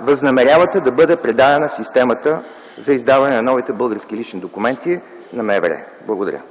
възнамерявате да бъде предадена системата за издаване на новите български лични документи на МВР? Благодаря.